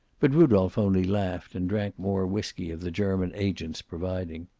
but rudolph only laughed, and drank more whisky of the german agent's providing.